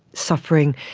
suffering,